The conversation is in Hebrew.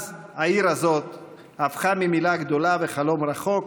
אז העיר הזאת הפכה ממילה גדולה וחלום רחוק